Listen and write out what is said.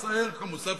מס הערך המוסף,